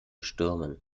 stürmen